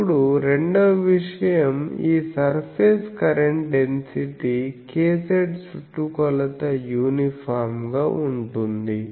ఇప్పుడు రెండవ విషయం ఈ సర్ఫేస్ కరెంట్ డెన్సిటీ kz చుట్టుకొలత యూనిఫామ్ గా ఉంటుంది